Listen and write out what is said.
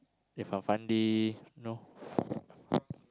Irfan Fandi you know